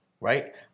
right